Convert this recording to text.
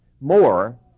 more